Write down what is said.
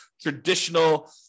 traditional